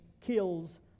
kills